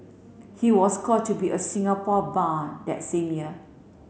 he was called to be a Singapore Bar that same year